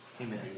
amen